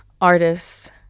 artists